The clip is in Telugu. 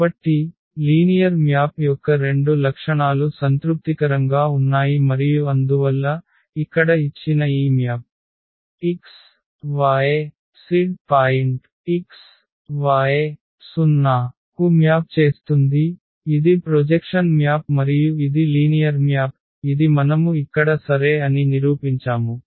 కాబట్టి లీనియర్ మ్యాప్ యొక్క రెండు లక్షణాలు సంతృప్తికరంగా ఉన్నాయి మరియు అందువల్ల ఇక్కడ ఇచ్చిన ఈ map x y z point x y 0 కు మ్యాప్ చేస్తుంది ఇది ప్రొజెక్షన్ మ్యాప్ మరియు ఇది లీనియర్ మ్యాప్ ఇది మనము ఇక్కడ సరే అని నిరూపించాము